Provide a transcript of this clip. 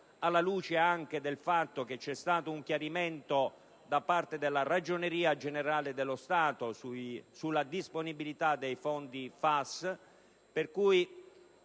alla luce anche del fatto che c'è stato un chiarimento da parte della Ragioneria generale dello Stato sulla disponibilità dei fondi FAS.